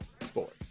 sports